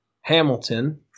Hamilton